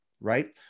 right